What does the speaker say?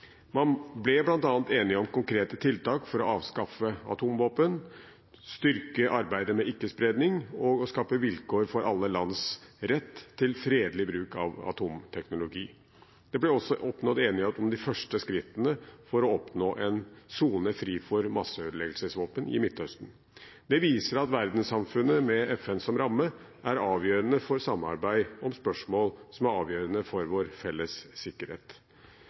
Man ble bl.a. enige om konkrete tiltak for å avskaffe atomvåpen, styrke arbeidet med ikke-spredning og skape vilkår for alle lands rett til fredelig bruk av atomteknologi. Det ble også oppnådd enighet om de første skrittene for å oppnå en sone fri for masseødeleggelsesvåpen i Midtøsten. Det viser at verdenssamfunnet, med FN som ramme, er avgjørende for samarbeid om spørsmål som er avgjørende for vår felles sikkerhet.